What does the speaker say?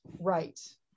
right